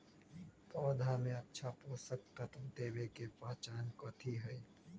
पौधा में अच्छा पोषक तत्व देवे के पहचान कथी हई?